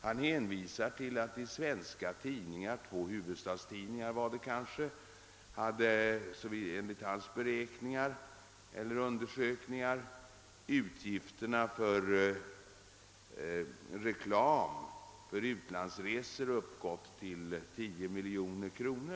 Han hänvisar till att utgifterna för reklam för utlandsresor i två svenska huvudstadstidningar hade uppgått till 10 miljoner kronor.